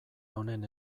honen